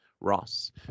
Ross